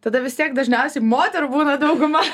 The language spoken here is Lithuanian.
tada vis tiek dažniausi moterų būna dauguma